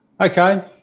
Okay